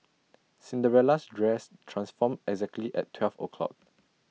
Cinderella's dress transformed exactly at twelve o' clock